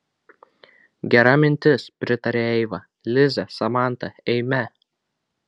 gera mintis pritarė eiva lize samanta eime